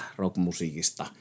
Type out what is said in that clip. rockmusiikista